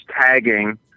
tagging